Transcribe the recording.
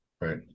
Right